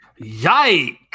Yikes